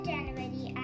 January